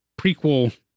prequel